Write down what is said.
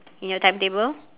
in your timetable